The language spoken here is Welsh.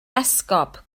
esgob